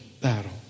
battle